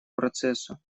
процессу